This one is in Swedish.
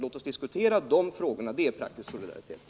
Låt oss diskutera de frågorna — det är praktisk solidaritet.